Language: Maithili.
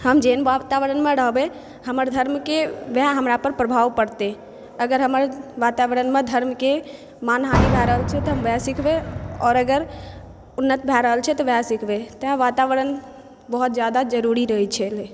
हम जेहन वातावरणमे रहबै हमर धर्म के वएह हमरा पर प्रभाव परतै अगर हमर वातावरणमे धर्म के मानहानि भए रहल छै त हम वएह हम सीखबै आओर अगर उन्नत भए रहल छै तऽ वएह सीखबै तैं वातावरण बहुत जादा ज़रूरी रहै छै